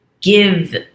give